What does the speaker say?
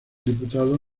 diputados